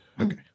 Okay